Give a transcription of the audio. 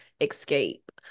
escape